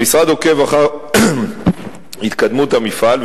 המשרד עוקב אחר התקדמות המפעל,